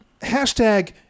hashtag